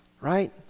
right